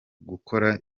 gukora